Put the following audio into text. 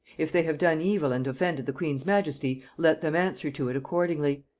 if they have done evil and offended the queen's majesty, let them answer to it accordingly.